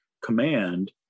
command